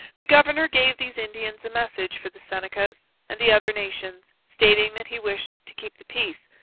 the governor gave these indians a message for the senecas and the other nations, stating that he wished to keep the peace,